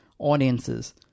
audiences